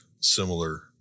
similar